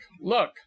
Look